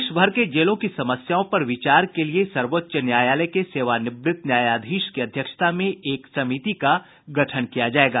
देश भर के जेलों की समस्याओं पर विचार के लिए सर्वोच्च न्यायालय के सेवानिवृत न्यायाधीश की अध्यक्षता में एक समिति का गठन किया जाएगा